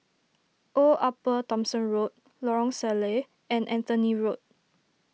Old Upper Thomson Road Lorong Salleh and Anthony Road